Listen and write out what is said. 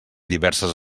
diverses